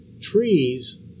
trees